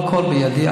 לא הכול בידי,